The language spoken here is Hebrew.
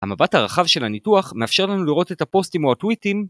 המבט הרחב של הניתוח מאפשר לנו לראות את הפוסטים או הטוויטים